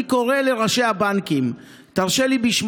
אני קורא לראשי הבנקים בשמותיהם,